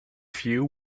few